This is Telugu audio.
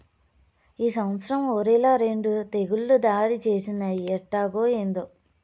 ఈ సంవత్సరం ఒరిల రెండు తెగుళ్ళు దాడి చేసినయ్యి ఎట్టాగో, ఏందో